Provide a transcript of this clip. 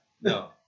No